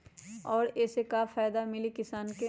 और ये से का फायदा मिली किसान के?